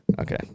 Okay